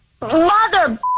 Mother